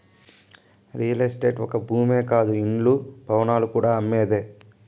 real estate ఒక్క భూమే కాదు ఇండ్లు, భవనాలు కూడా అమ్మేదే